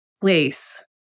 place